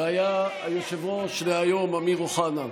והיה היושב-ראש דהיום אמיר אוחנה.